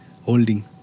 holding